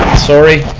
sorry.